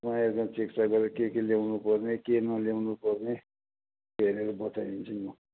म आएर एकदम चेकचाक गरेर के के ल्याउनु पर्ने के नल्याउनु पर्ने त्यो हेरेर बताइदिन्छु नि म